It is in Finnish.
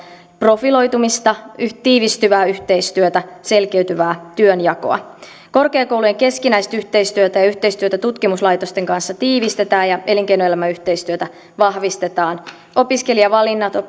profiloitumista tiivistyvää yhteistyötä selkeytyvää työnjakoa korkeakoulujen keskinäistä yhteistyötä ja yhteistyötä tutkimuslaitosten kanssa tiivistetään ja elinkeinoelämäyhteistyötä vahvistetaan opiskelijavalinnat